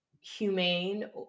humane